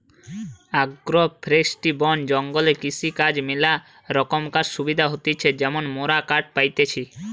agro forestry বন জঙ্গলে কৃষিকাজর ম্যালা রোকমকার সুবিধা হতিছে যেমন মোরা কাঠ পাইতেছি